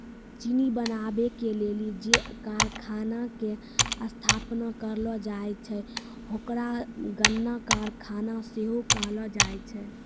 चिन्नी बनाबै के लेली जे कारखाना के स्थापना करलो जाय छै ओकरा गन्ना कारखाना सेहो कहलो जाय छै